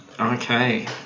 Okay